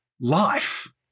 life